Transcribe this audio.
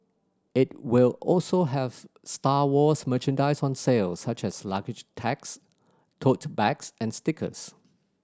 it will also have Star Wars merchandise on sale such as luggage tags tote bags and stickers